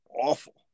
awful